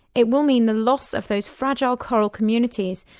it will mean the loss of those fragile coral communities,